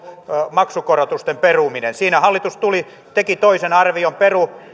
maksukorotusten peruminen siinä hallitus teki toisen arvion perui